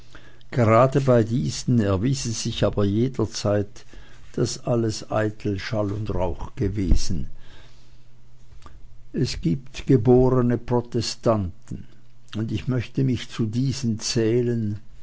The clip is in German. gerade bei diesen erwies es sich aber jederzeit daß alles eitel schall und rauch gewesen es gibt geborene protestanten und ich möchte mich zu diesen zählen